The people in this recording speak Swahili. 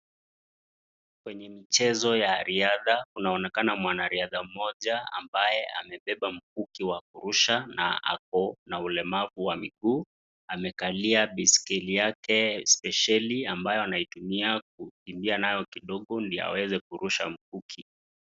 Kwenye mchezo wa riadha kunaonekana mwanariadha mmoja ambaye amebeba mkuki wa kurusha na ako na ulemavu wa miguu amekalia baiskeli yake spesheli ambayo anaitumia kukimbia nayo kidogo ndio aweze kurusha mkuki.